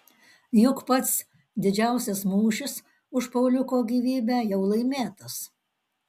juk pats didžiausias mūšis už pauliuko gyvybę jau laimėtas